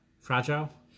fragile